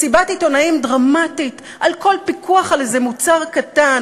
מסיבת עיתונאים דרמטית על כל פיקוח על איזה מוצר קטן,